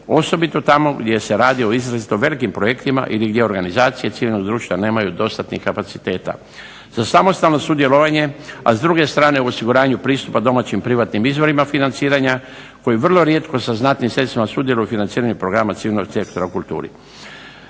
osobito tamo gdje se radi o izrazito velikim projektima ili gdje organizacije civilnog društva nemaju dostatnih kapaciteta. Za samostalno sudjelovanje a s druge strane u osiguranju pristupa domaćim privatnim izvorima financiranja koji vrlo rijetko sa znatnim sredstvima sudjeluju u financiranju programa civilnog sektora u kulturi.